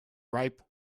ripe